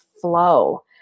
flow